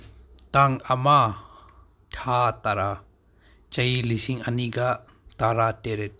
ꯇꯥꯡ ꯑꯃ ꯊꯥ ꯇꯔꯥ ꯆꯍꯤ ꯂꯤꯁꯤꯡ ꯑꯅꯤꯒ ꯇꯔꯥ ꯇꯔꯦꯠ